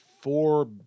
four